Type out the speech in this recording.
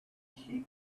keep